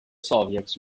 soviets